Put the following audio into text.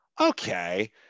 okay